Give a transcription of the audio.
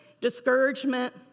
discouragement